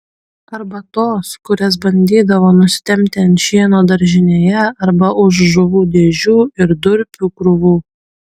arba tos kurias bandydavo nusitempti ant šieno daržinėje arba už žuvų dėžių ir durpių krūvų